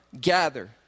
gather